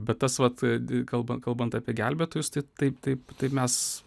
bet tas vat kalbant kalbant apie gelbėtojus tai taip taip taip mes